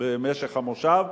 במשך המושב.